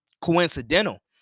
coincidental